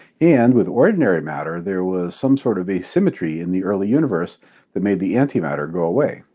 and with ordinary matter, there was some sort of asymmetry in the early universe that made the antimatter go away.